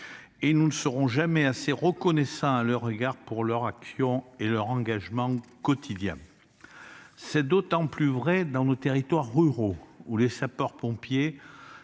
et nous ne serons jamais assez reconnaissants à leur égard pour leurs actions et leur engagement quotidien. C'est d'autant plus vrai dans nos territoires ruraux où les sapeurs-pompiers